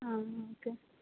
ಹಾಂ ಓಕೆ